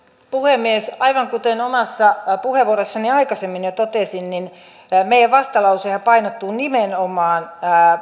puhemies aivan kuten omassa puheenvuorossani aikaisemmin jo totesin meidän vastalauseemmehan painottuu nimenomaan